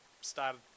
started